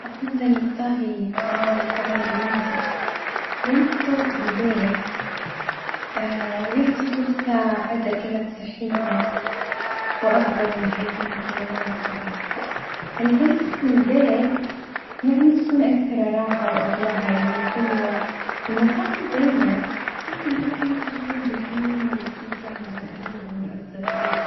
أفظل الطهي وتناول الطعام بالمنزل، لأن الطبخ بالبيت يعطي فرصة لعد أكلات صحية وأفظل من حيث المكونات بعد الجلسة في البيت يعني تكون أكثر راحة وأجواء حلوة، المطاعم زينة بس البيت يعطي شعور بالحميمة والإستمتاع مع الأهل والأصدقاء.